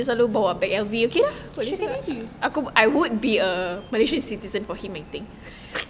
sugar daddy